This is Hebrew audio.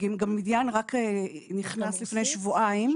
מדיאן נכנס רק נכנס לפני שבועיים.